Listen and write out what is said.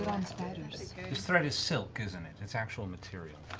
on spiders this thread is silk, isn't it? it's actual material.